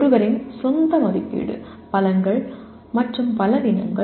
ஒருவரின் சொந்த மதிப்பீடு பலங்கள் மற்றும் பலவீனங்கள்